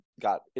got